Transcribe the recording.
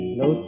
no